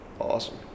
Awesome